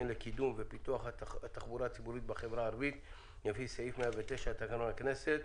לקידום ופיתוח התחבורה הציבורית בחברה הערבית לפי סעיף 109 לתקנון הכנסת,